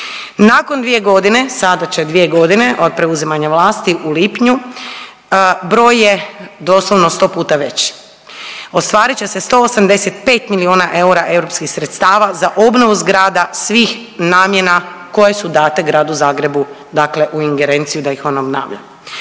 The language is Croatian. Nakon dvije godine sada će dvije godine od preuzimanja vlasti u lipnju broj je doslovno 100 puta veći, ostvarit će se 185 milijuna eura europskih sredstava za obnovu zgrada svih namjena koje su date gradu Zagrebu dakle u ingerenciju da ih on obnavlja.